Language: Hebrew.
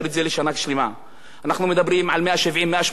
אנחנו מדברים על 180-170 עובדים בבאר-שבע בדרום,